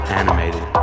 animated